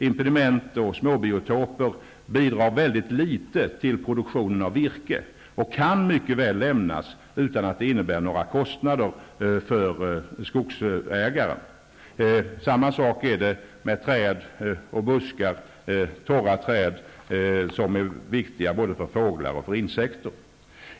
Impediment och småbiotoper bidrar mycket litet till produktionen av virke och kan mycket väl lämnas utan att det innebär några kostnader för skogsägaren. Samma sak är det med träd och buskar -- torra träd som är viktiga både för fåglar och för insekter.